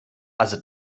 also